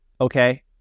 okay